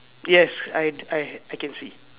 yes I I I can see